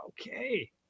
Okay